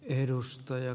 edustaja